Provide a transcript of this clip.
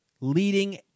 leading